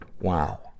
wow